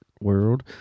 world